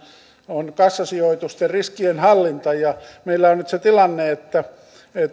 on kassasijoitusten riskienhallinta meillä on nyt se tilanne että